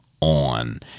on